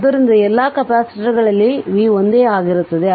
ಆದ್ದರಿಂದ ಎಲ್ಲಾ ಕೆಪಾಸಿಟರ್ಗಳಲ್ಲಿ ವೋಲ್ಟೇಜ್ v ಒಂದೇ ಆಗಿರುತ್ತದೆ